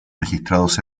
registrados